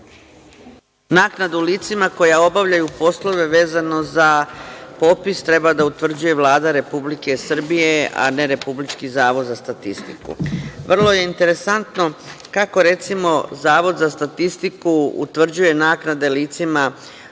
Naknadu licima koja obavljaju poslove vezano za popis treba da utvrđuje Vlada Republike Srbije, a ne Republički zavod za statistiku. Vrlo je interesantno kako Zavod za statistiku utvrđuje naknade licima